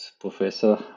Professor